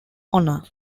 honor